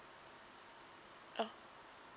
oh